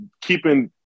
keeping –